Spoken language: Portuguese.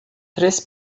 três